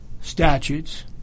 statutes